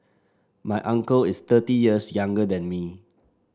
my uncle is thirty years younger than me